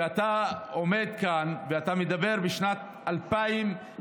שאתה עומד כאן ואתה מדבר בשנת 2022